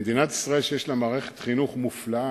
שהיה במדינת ישראל משנות ה-50 עד